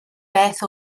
beth